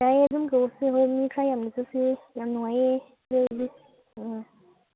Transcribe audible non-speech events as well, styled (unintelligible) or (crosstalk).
ꯌꯥꯏꯌꯦ ꯑꯗꯨꯝ ꯀꯣꯏꯔꯨꯁꯤ ꯍꯣꯏ ꯃꯤ ꯈꯔ ꯌꯥꯝꯅ ꯆꯠꯁꯤ ꯌꯥꯝ ꯅꯨꯡꯉꯥꯏꯌꯦ (unintelligible) ꯎꯝ